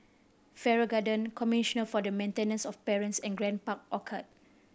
Farrer Garden Commissioner for the Maintenance of Parents and Grand Park Orchard